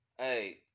Hey